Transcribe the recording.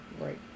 Right